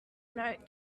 note